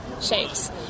shapes